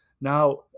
Now